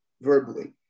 verbally